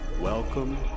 Welcome